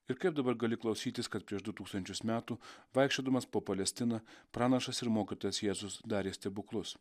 ir kaip dabar gali klausytis kad prieš du tūkstančius metų vaikščiodamas po palestiną pranašas ir mokytojas jėzus darė stebuklus